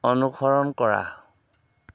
অনুসৰণ কৰা